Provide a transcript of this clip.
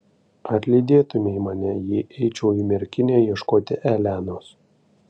ar lydėtumei mane jei eičiau į merkinę ieškoti elenos